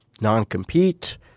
non-compete